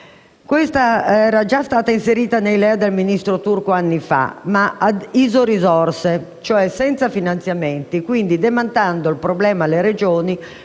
Questo era già stata inserita nei LEA dal ministro Turco anni fa, ma a iso-risorse, cioè senza finanziamenti e quindi demandando il problema alle Regioni,